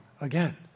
Again